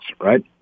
right